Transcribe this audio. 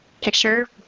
picture